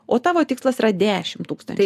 o tavo tikslas yra dešim tūkstančių